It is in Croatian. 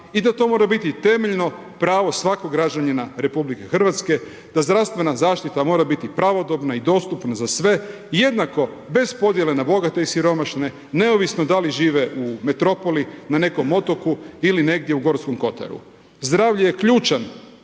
i da to mora biti temeljeno pravo svakog građanina RH, da zdravstvena zaštita mora biti pravodobna i dostupna za sve jednako, bez podjele na bogate i siromašne neovisno da li žive u metropoli, na nekom otoku ili negdje u Gorskog kotaru. Zdravlje je ključan